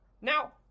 Now